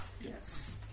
yes